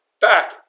Back